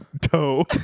toe